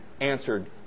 answered